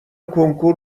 کنکور